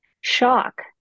shock